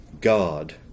God